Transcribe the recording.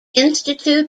institute